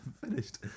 finished